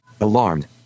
alarmed